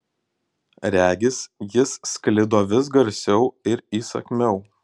regis jis sklido vis garsiau ir įsakmiau